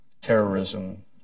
terrorism